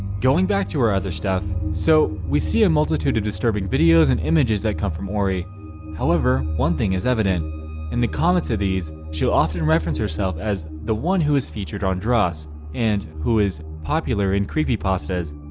going back to her other stuff. so we see a multitude of disturbing videos and images that come from orie however, one thing is evident in the commets of these she'll often reference herself as the one who is featured on dross and who is popular in creepypastas